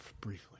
Briefly